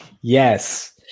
Yes